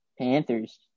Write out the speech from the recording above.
Panthers